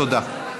תודה.